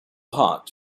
hot